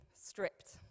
stripped